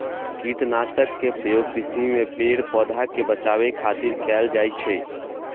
कीटनाशक के प्रयोग कृषि मे पेड़, पौधा कें बचाबै खातिर कैल जाइ छै